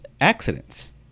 accidents